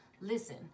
Listen